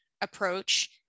approach